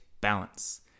balance